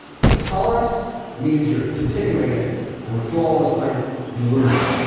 so, tolerance means you're continuing it and withdrawal is when you lose it.